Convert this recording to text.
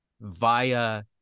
via